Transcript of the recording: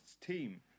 team